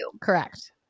Correct